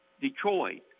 Detroit